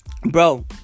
Bro